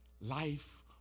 life